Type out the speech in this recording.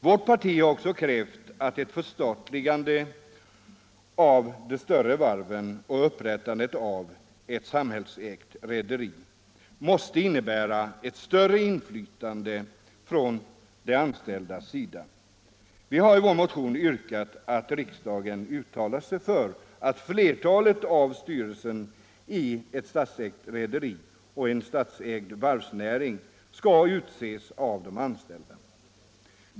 Vårt parti har också krävt att ett förstatligande av de större varven och upprättandet av ett samhällsägt rederi måste innebära ett större inflytande från de anställda. Vi har i motionen yrkat att riksdagen uttalar sig för att flertalet av styrelseledamöterna i ett rederi och i en varvsnäring som ägs av staten skall utses av de anställda.